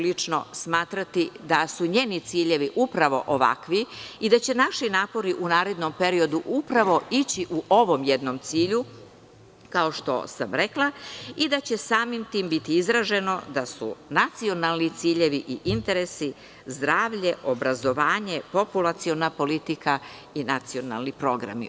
Lično ću smatrati da su njeni ciljevi upravo ovakvi i da će naši napori u narednom periodu upravo ići u ovom cilju, kao što sam rekla, i da će samim tim biti izraženo da su nacionalni ciljevi i interesi zdravlje, obrazovanje, populaciona politika i nacionalni program.